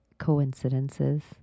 coincidences